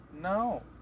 No